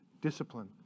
discipline